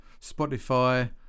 Spotify